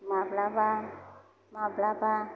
माब्लाबा माब्लाबा